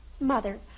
Mother